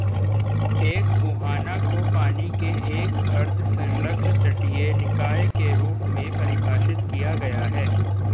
एक मुहाना को पानी के एक अर्ध संलग्न तटीय निकाय के रूप में परिभाषित किया गया है